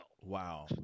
Wow